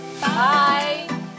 Bye